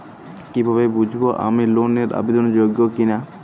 কীভাবে বুঝব আমি লোন এর আবেদন যোগ্য কিনা?